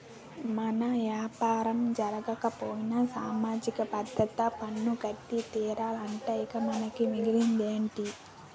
మన యాపారం జరగకపోయినా సామాజిక భద్రత పన్ను కట్టి తీరాలట ఇంక మనకి మిగిలేదేటి